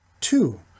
Two